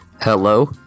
Hello